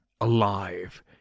alive